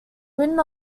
written